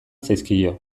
zaizkio